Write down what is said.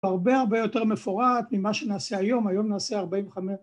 הרבה הרבה יותר מפורט ממה שנעשה היום, היום נעשה 45